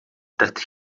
that